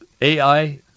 AI